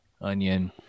onion